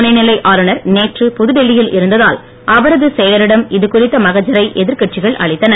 துணை நிலை ஆளுநர் நேற்று புதுடெல்லியில் இருந்ததால் அவரது செயலரிடம் இதுகுறித்த மகஜரை எதிர்கட்சிகள் அளித்தன